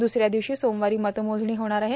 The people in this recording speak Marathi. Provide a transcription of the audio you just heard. द्रसऱ्या द्रवशी सोमवारी मतमोजणी होणार आहे